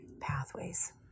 pathways